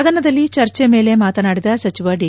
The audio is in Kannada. ಸದನದಲ್ಲಿ ಚರ್ಚೆ ಮೇಲೆ ಮಾತನಾದಿದ ಸಚಿವ ದಿ